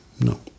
No